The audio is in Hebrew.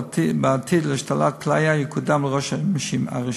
בעתיד להשתלת כליה הוא יקודם לראש הרשימה.